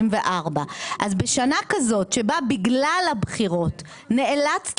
אז בשנה כזאת שבה בגלל הבחירות נאלצת